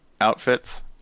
outfits